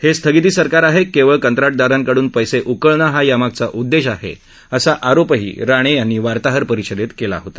हे स्थगिती सरकार आहे केवळ कंत्राटदारांकडून पैसे उकळणं हा यामागचा उद्देश आहे असा आरोपही राणे यांनी वार्ताहर परिषदेत केला होता